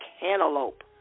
cantaloupe